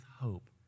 hope